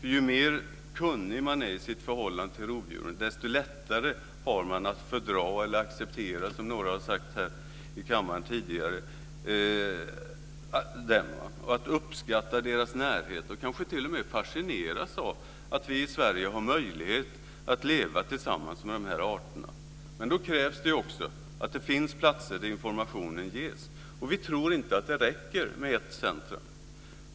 Ju mer kunnig man är i sitt förhållande till rovdjuren desto lättare har man att fördra eller acceptera dem, som några talare har sagt här tidigare i kammaren, och uppskatta deras närhet. Man kanske t.o.m. fascineras av att vi i Sverige har möjlighet att leva tillsammans med dessa arter. Men då krävs också att det finns platser där informationen ges. Vi tror inte att det räcker med ett centrum.